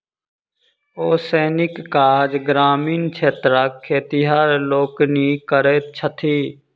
ओसौनीक काज ग्रामीण क्षेत्रक खेतिहर लोकनि करैत छथि